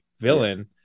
villain